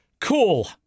cool